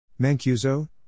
Mancuso